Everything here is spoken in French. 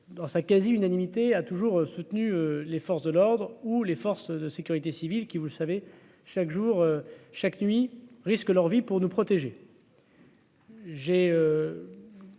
dans sa quasi-unanimité a toujours soutenu les forces de l'ordre, où les forces de sécurité civile qui, vous le savez, chaque jour, chaque nuit, risquent leur vie pour nous protéger. J'ai